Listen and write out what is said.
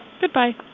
Goodbye